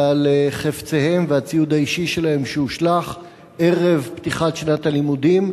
ועל חפציהם והציוד האישי שלהם שהושלך ערב פתיחת שנת הלימודים,